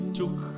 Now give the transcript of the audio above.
took